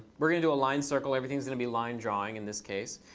we're going to do a line circle. everything's going to be line drawing in this case.